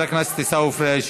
תודה רבה.